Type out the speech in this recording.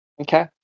Okay